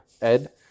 Ed